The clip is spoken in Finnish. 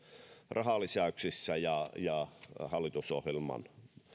rahalisäyksissä ja ja hallitusohjelman